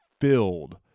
filled